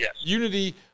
Unity